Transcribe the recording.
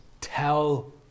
tell